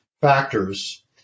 factors